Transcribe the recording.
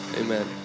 Amen